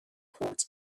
court